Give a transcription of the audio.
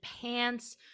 pants